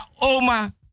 Oma